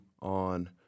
on